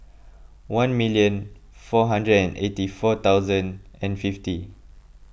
one million four hundred and eighty four thousand and fifty